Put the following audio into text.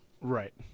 Right